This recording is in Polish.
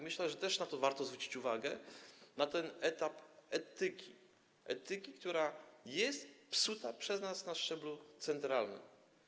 Myślę, że też na to warto zwrócić uwagę, na ten etap, na etykę, która jest psuta przez nas na szczeblu centralnym.